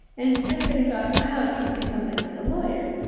and everybody thought, wow, he could be something like a lawyer.